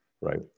right